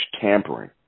tampering